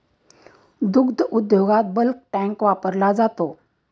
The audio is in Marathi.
दुग्ध उद्योगात बल्क टँक वापरला जातो